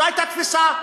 זו הייתה תפיסה,